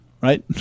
right